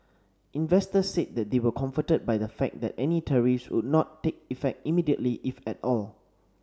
investors said they were comforted by the fact that any tariffs would not take effect immediately if at all